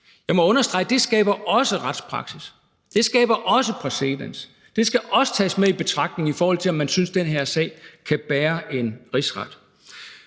Jeg må understrege, at det også skaber retspraksis, at det også skaber præcedens, og at det også skal tages med i betragtning, i forhold til om man synes, at den her sag kan bære at skulle